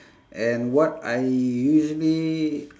and what I usually